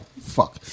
fuck